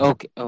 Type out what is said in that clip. Okay